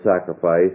sacrifice